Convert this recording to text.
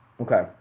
Okay